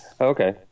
Okay